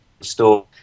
store